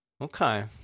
Okay